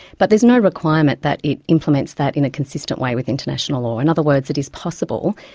but there's no requirement that it implements that in a consistent way with international law. in other words, it is possible,